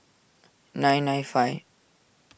nine nine five